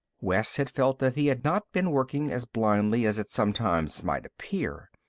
wes had felt that he had not been working as blindly as it sometimes might appear.